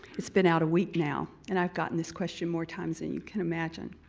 it's been out a week now and i've gotten this question more times than you can imagine.